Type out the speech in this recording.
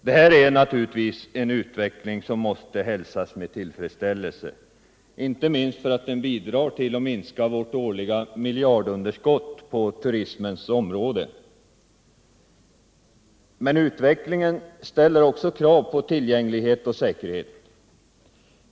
Det här är naturligtvis en utveckling som måste hälsas med tillfredsställelse; den bidrar ju till att minska vårt årliga miljardunderskott på turismens område. Men utvecklingen ställer också krav på tillgänglighet och säkerhet.